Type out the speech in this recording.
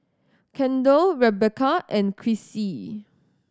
Kendal Rebecca and Crissie